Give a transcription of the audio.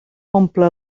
omple